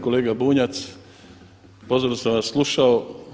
Kolega Bunjac, pozorno sam vas slušao.